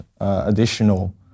additional